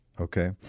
Okay